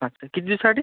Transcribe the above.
अच्छा किती दिवसासाठी